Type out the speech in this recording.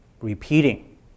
repeating